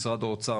משרד האוצר,